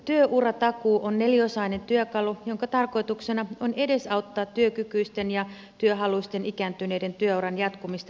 työuratakuu on neliosainen työkalu jonka tarkoituksena on edesauttaa työkykyisten ja työhaluisten ikääntyneiden työuran jatkumista eläkeikään saakka